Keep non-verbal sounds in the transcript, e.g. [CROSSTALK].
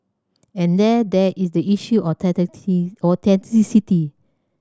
and then there is the issue of [UNINTELLIGIBLE] of authenticity